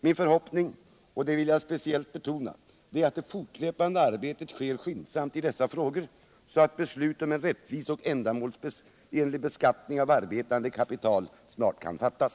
Min förhoppning är — och det vill jag speciellt betona — att det fortlöpande arbetet sker skyndsamt i dessa frågor, så att beslut om en rättvis och ändamålsenlig beskattning av arbetande kapital snart kan fattas.